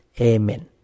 Amen